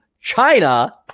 China